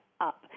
up